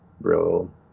real